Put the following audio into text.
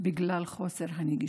בגלל חוסר הנגישות.